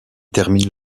terminent